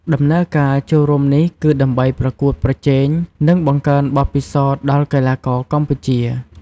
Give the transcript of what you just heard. ដំណើរការចូលរួមនេះ គឺដើម្បីប្រកួតប្រជែង និងបង្កើនបទពិសោធន៍ដល់កីឡាករកម្ពុជា។